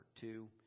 Two